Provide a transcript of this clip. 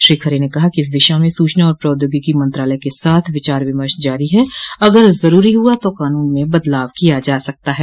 श्री खरे ने कहा कि इस दिशा में सूचना और प्रौद्योगिकी मंत्रालय के साथ विचार विमर्श जारी है और अगर ज़रूरी हुआ तो क़ानून में बदलाव किया जा सकता है